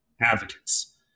advocates